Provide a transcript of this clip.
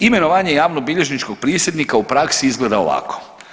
Imenovanje javnobilježničkog prisjednika u praksi izgleda ovako.